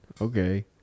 Okay